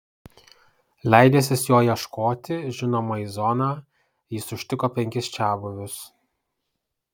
leidęsis jo ieškoti žinoma į zoną jis užtiko penkis čiabuvius